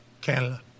Canada